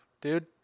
dude